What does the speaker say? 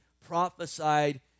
prophesied